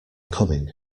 coming